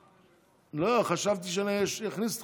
לא, חשבתי שאני אכניס אותך.